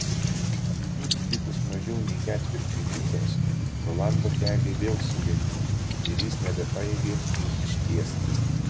iki jų likus mažiau nei ketvirčiui mylios rolando keliai vėl sulinko ir jis nebepajėgė jų ištiesti